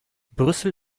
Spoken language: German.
brüssel